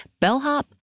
bellhop